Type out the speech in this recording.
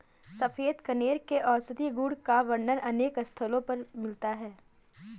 सफेद कनेर के औषधीय गुण का वर्णन अनेक स्थलों पर मिलता है